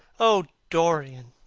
oh, dorian,